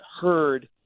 heard